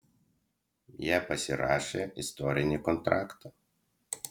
jie pasirašė istorinį kontraktą